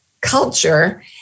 culture